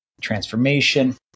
transformation